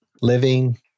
living